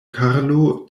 karlo